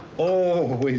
oh,